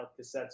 cassettes